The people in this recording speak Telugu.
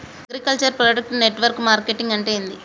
అగ్రికల్చర్ ప్రొడక్ట్ నెట్వర్క్ మార్కెటింగ్ అంటే ఏంది?